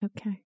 Okay